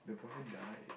they boyfriend died